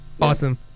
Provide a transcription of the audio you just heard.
awesome